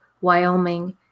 Wyoming